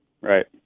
Right